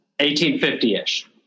1850-ish